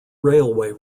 railway